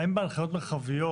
האם בהנחיות מרחביות